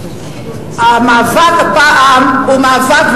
המאבק הפעם הוא מאבק,